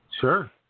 Sure